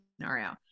scenario